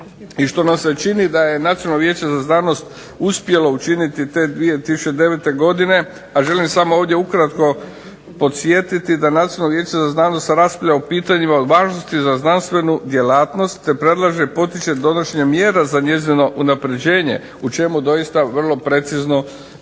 Nacionalno vijeće za znanost uspjelo učiniti te 2009. godine, a želim samo ukratko podsjetiti da Nacionalno vijeće za znanost raspravlja o pitanjima od važnosti za znanstvenu djelatnost, te predlaže, potiče donošenje mjera za njezino unapređenje, u čemu doista vrlo precizno se